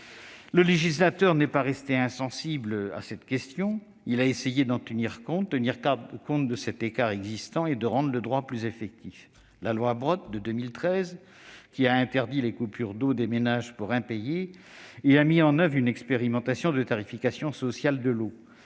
Le législateur n'est pas resté insensible à cette question et a essayé, compte tenu de l'écart existant, de rendre le droit plus effectif. La loi Brottes de 2013 a interdit les coupures d'eau des ménages pour impayés et a mis en oeuvre une expérimentation de tarification sociale de l'eau.